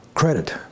Credit